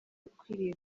ukwiriye